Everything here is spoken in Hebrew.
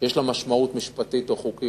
שיש לה משמעות משפטית או חוקית.